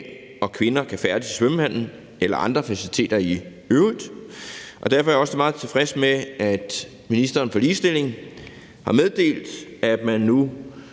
og kvinder kan færdes i svømmehallen eller andre faciliteter i øvrigt. Og derfor er jeg også meget tilfreds med, at ministeren for ligestilling har meddelt, at man nu